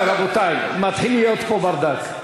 רבותי, מתחיל להיות פה ברדק.